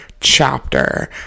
chapter